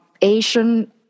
asian